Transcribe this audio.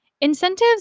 Incentives